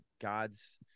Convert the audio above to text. God's